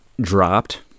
dropped